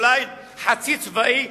אולי חצי צבאי,